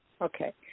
Okay